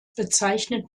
bezeichnet